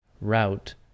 route